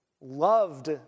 loved